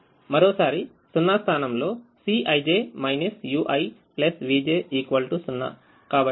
మరోసారి 0 స్థానంలో లో Cij uivj 0